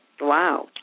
Wow